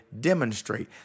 demonstrate